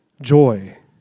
joy